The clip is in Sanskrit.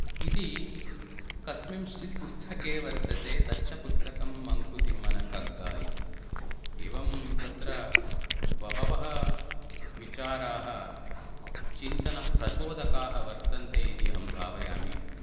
इति कस्मिन्श्चित् पुस्तके वर्तते तच्च पुस्तकं मङ्कुतिम्मनकग्ग इति एवं तत्र बहवः विचाराः चिन्तनप्रचोदकाः वर्तन्ते इति अहं भावयामि